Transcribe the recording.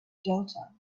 delta